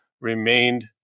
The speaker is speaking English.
remained